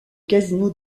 casino